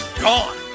gone